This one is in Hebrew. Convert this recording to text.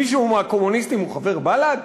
מישהו מהקומוניסטים הוא חבר בל"ד?